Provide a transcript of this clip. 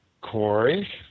Corey